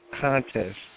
contest